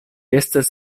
estas